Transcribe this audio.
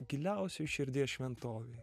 giliausioj širdies šventovėj